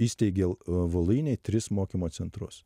įsteigė voluinėj tris mokymo centrus